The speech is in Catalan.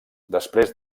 després